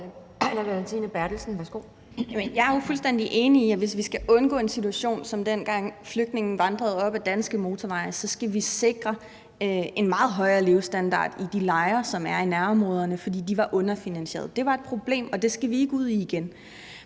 Jeg er jo fuldstændig enig i, at hvis vi skal undgå en situation, som dengang flygtninge vandrede op ad danske motorveje, skal vi sikre en meget højere levestandard i de lejre, som er i nærområderne, for de var underfinansierede. Det var et problem, og det skal vi ikke ud i igen.